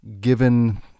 given